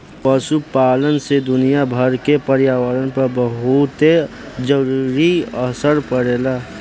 पशुपालन से दुनियाभर के पर्यावरण पर बहुते जरूरी असर पड़ेला